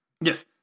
Yes